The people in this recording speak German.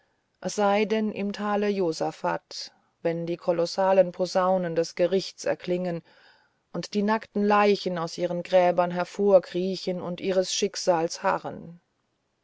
seie denn im tale josaphat wenn die kolossalen posaunen des gerichts erklingen und die nackten leichen aus ihren gräbern hervorkriechen und ihres